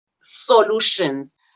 solutions